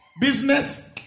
business